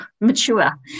mature